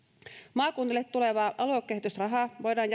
maakunnille tulevaa aluekehitysrahaa voidaan